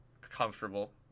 comfortable